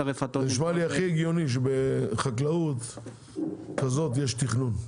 זה נשמע לי הכי הגיוני, שבחקלאות כזאת יש תכנון.